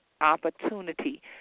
opportunity